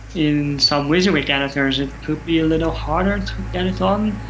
in some wysiwyg editors, it could be a little harder to get it on.